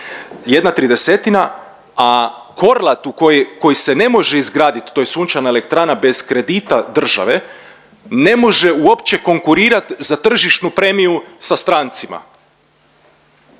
Hrvatske, 1/30, a Korlatu koji se ne može izgradit, to je sunčana elektrana bez kredita države, ne može uopće konkurirat za tržišnu premiju sa strancima.